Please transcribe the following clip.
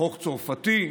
החוק הצרפתי,